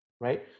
Right